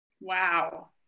Wow